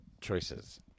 choices